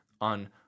on